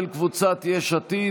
של קבוצת יש עתיד.